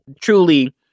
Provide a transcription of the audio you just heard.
truly